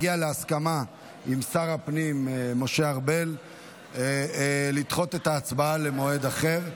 הגיע להסכמה עם שר הפנים משה ארבל לדחות את ההצבעה למועד אחר.